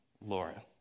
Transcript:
Laura